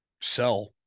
Sell